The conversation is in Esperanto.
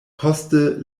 poste